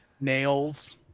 Nails